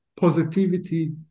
positivity